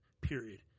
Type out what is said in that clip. period